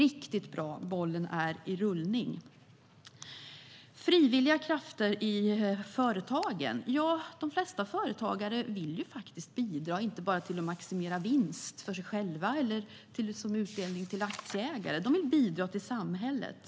Det är riktigt bra att bollen är i rullning. De flesta företag vill bidra inte bara till att maximera vinst för sig själva eller som utdelning till aktieägare. De vill bidra till samhället.